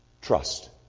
trust